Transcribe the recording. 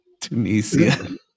Tunisia